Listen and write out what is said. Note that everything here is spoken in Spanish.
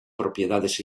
propiedades